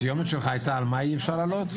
הסיומת שלך הייתה את מה אי אפשר להעלות?